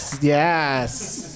Yes